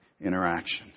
interaction